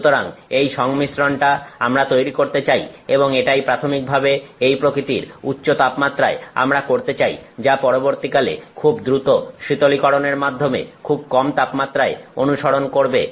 সুতরাং এই সংমিশ্রণটা আমরা তৈরি করতে চাই এবং এটাই প্রাথমিকভাবে এই প্রকৃতির উচ্চ তাপমাত্রায় আমরা করতে চাই যা পরবর্তীকালে খুব দ্রুত শীতলীকরণের মাধ্যমে খুব কম তাপমাত্রায় অনুসরণ করবে